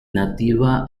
nativa